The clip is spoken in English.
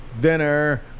dinner